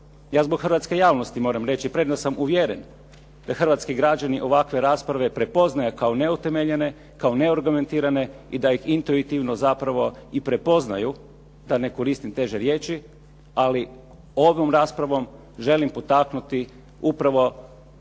Ja zbog hrvatske javnosti moram reći premda sam uvjeren da hrvatski građani ovakve rasprave prepoznaju kao neutemeljene, kao neargumentirane i da ih intinuitivno zapravo i prepoznaju da ne koristim teže riječi. Ali ovom raspravom želim potaknuti upravo